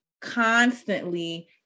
constantly